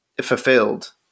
fulfilled